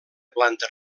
planta